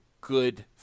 good